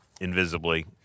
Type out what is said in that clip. invisibly